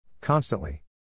Constantly